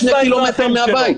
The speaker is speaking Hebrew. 2 קילומטר מהבית.